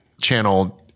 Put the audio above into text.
channel